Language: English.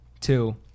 two